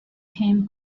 came